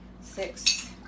six